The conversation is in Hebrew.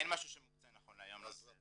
אין משהו שמוקצה, נכון להיום לנושא הזה.